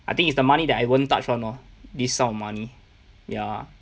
I think it's the money that I won't touch [one] lor this sum of money ya